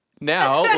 Now